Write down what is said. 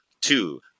Two